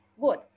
Good